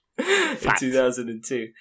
2002